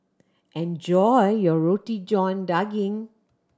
enjoy your Roti John Daging